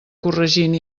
corregint